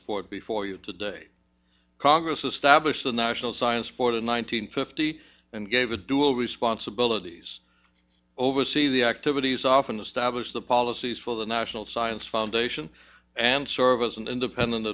board before you today congress established the national science for the one nine hundred fifty and gave a dual responsibilities oversee the activities often establish the policies for the national science foundation and serve as an independent